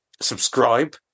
subscribe